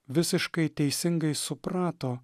visiškai teisingai suprato